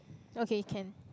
okay can